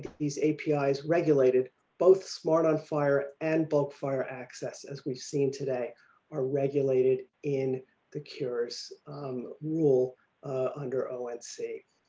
these api's regulated both smart on fire and both fire access as we've seen today are regulated in the cures rule under oh unsafe.